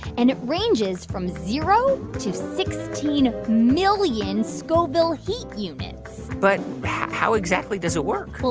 and it ranges from zero to sixteen million scoville heat units but how exactly does it work? well,